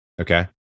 okay